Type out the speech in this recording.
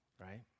right